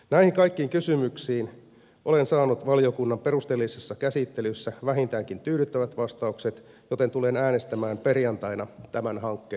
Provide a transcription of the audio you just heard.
näihin kaikkiin kysymyksiin olen saanut valiokunnan perusteellisessa käsittelyssä vähintäänkin tyydyttävät vastaukset joten tulen äänestämään perjantaina tämän hankkeen puolesta